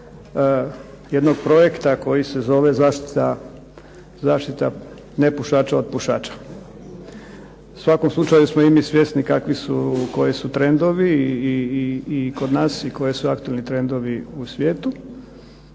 jednog projekta koji se zove zaštita nepušača od pušača. U svakom slučaju smo mi svjesni koji su trendovi kod nas i koji su aktualni trendovi u svijetu,